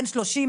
הוא אדיש.